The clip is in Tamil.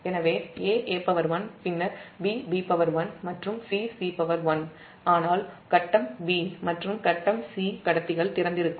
எனவேaa1 பின்னர் bb1மற்றும் cc1 ஆனால் கட்டம் 'b' மற்றும் கட்டம் 'c' கடத்திகள் திறந்திருக்கும்